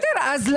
לא